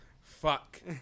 Fuck